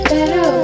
Better